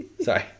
Sorry